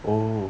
oh